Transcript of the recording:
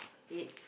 eight